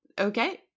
Okay